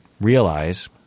realize